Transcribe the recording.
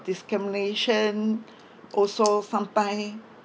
discrimination also sometime